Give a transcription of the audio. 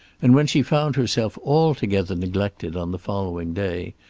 and when she found herself altogether neglected on the following day,